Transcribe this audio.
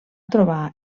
trobar